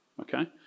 Okay